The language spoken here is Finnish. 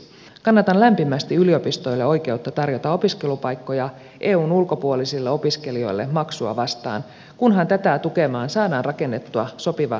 kannatan lämpimästi yliopistoille oikeutta tarjota opiskelupaikkoja eun ulkopuolisille opiskelijoille maksua vastaan kunhan tätä tukemaan saadaan rakennettua sopiva stipendijärjestelmä